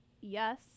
yes